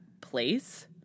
place